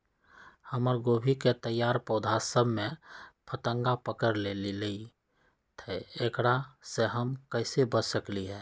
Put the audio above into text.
हमर गोभी के तैयार पौधा सब में फतंगा पकड़ लेई थई एकरा से हम कईसे बच सकली है?